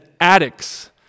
addicts